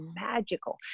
magical